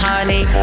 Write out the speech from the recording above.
Honey